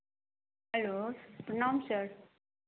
hello प्रणाम sir